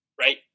right